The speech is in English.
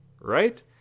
right